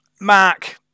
Mark